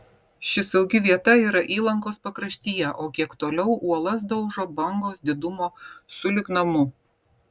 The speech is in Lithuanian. ši saugi vieta yra įlankos pakraštyje o kiek toliau uolas daužo bangos didumo sulig namu